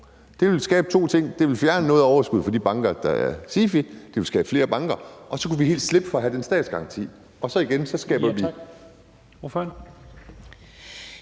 Det ville skabe to ting. Det ville fjerne noget af overskuddet fra de banker, der er SIFI. Det ville skabe flere banker, og så kunne vi helt slippe for at have den statsgaranti, og så skaber vi